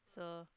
so